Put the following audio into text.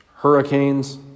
hurricanes